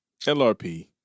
LRP